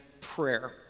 prayer